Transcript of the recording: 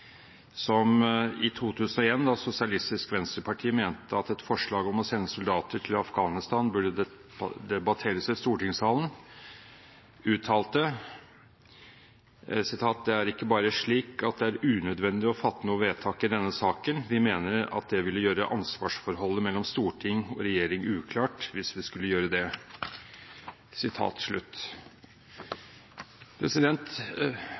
som i 2001, da Sosialistisk Venstreparti mente at et forslag om å sende soldater til Afghanistan burde debatteres i stortingssalen, uttalte: «Det er ikke bare slik at det er unødvendig å fatte noe vedtak i denne saken. Vi mener at det ville gjøre ansvarsforholdet mellom storting og regjering uklart hvis vi skulle gjøre det.»